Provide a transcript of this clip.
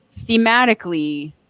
thematically